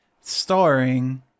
Starring